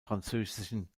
französischen